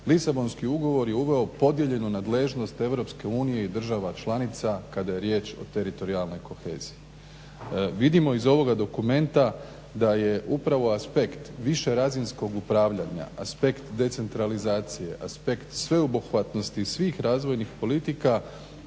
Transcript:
Lisabonski ugovor je uveo podijeljenu nadležnost Europske unije i država članica kada je riječ o teritorijalnoj koheziji. Vidimo iz ovog dokumenta da je upravo aspekt višerazinskog upravljanja, aspekt decentralizacije, aspekt sveobuhvatnosti svih razvojnih politika